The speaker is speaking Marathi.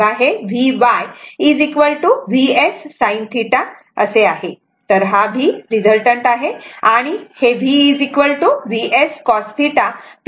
तेव्हा हे Vy Vs sin θ असे घ्या आणि हा रिझल्टन्ट v आहे